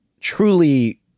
truly